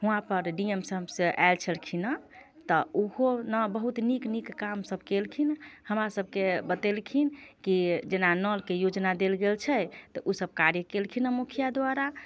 वहाँ पर D M साहब सभ आयल छेलखिन हेँ तऽ ओहो न बहुत नीक नीक काम सभ केलखिन हमरा सभके बतेलखिन कि जेना नलके योजना देल गेल छै तऽ ओसभ कार्य केलखिन मुखिया द्वारा